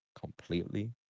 completely